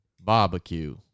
Barbecue